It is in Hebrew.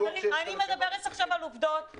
אני מדברת עכשיו על עובדות.